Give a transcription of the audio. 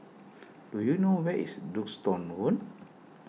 do you know where is Duxton Road